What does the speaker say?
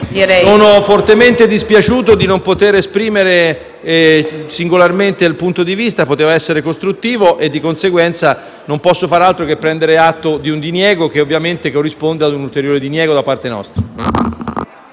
Sono fortemente dispiaciuto di non poter esprimere singolarmente il punto di vista, perché avrebbe potuto essere costruttivo; di conseguenza, non posso far altro che prendere atto di un diniego che ovviamente corrisponde ad un ulteriore diniego da parte nostra.